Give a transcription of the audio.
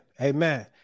Amen